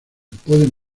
pueden